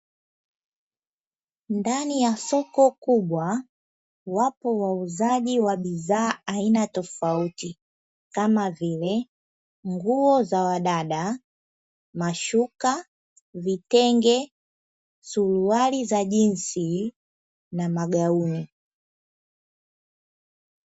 Ndani ya soko kubwa wapo wauzaji wa aina tofauti kama vile nguo za wadada, mashuka, vitenge, suruali za jinsi na magauni.